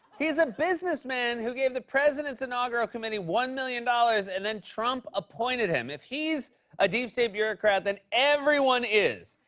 he's a businessman who gave the president's inaugural committee one million dollars, and then trump appointed him. if he's a deep state bureaucrat, then everyone is!